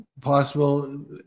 possible